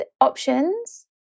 options